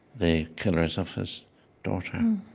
the killers of his daughter. um